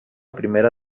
primera